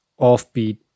offbeat